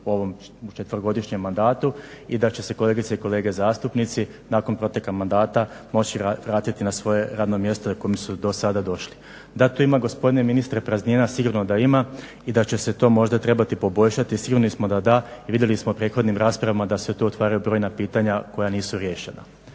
u ovom četverogodišnjem mandatu i da će se kolegice i kolege zastupnici nakon proteka mandata moći vratiti na svoje radno mjesto na kojem su do sada došli. Da tu ima gospodine ministre praznina, sigurno da ima i da će se to možda trebati poboljšati. Sigurni smo da da jer vidjeli smo u prethodnim raspravama da se tu otvaraju brojna pitanja koja nisu riješena.